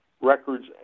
records